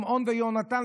שמעון ויהונתן,